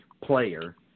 player